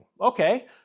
Okay